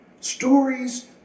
Stories